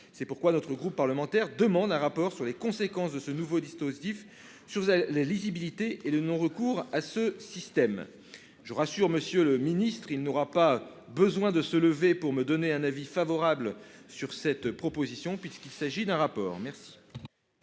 C'est pourquoi notre groupe parlementaire demande un rapport sur les conséquences de ce nouveau dispositif sur la lisibilité du système d'assurance vieillesse. Je vous rassure, monsieur le ministre, vous n'aurez pas besoin de vous lever pour me donner un avis favorable sur cette proposition, puisqu'il s'agit d'une demande de